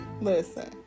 Listen